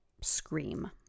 scream